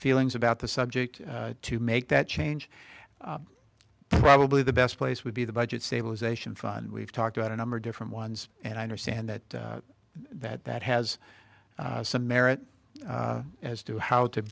feelings about the subject to make that change probably the best place would be the budget stabilization fund we've talked about a number of different ones and i understand that that that has some merit as to how to